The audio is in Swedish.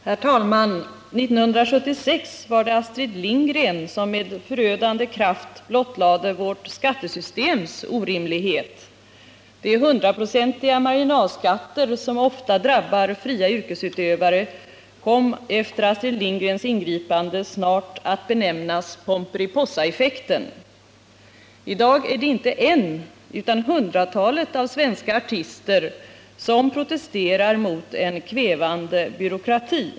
Herr talman! 1976 var det Astrid Lindgren som med förödande kraft blottlade vårt skattesystems orimlighet. De 100-procentiga marginalskatter som ofta drabbar fria yrkesutövare kom efter Astrid Lindgrens ingripande snart att benämnas Pomperipossaeffekten. I dag är det inte en utan hundratalet svenska artister som protesterar mot en kvävande byråkrati.